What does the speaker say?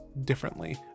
differently